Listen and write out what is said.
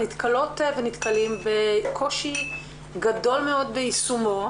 נתקלות ונתקלים בקושי גדול מאוד ביישומו,